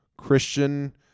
christian